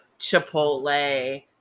Chipotle